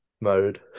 mode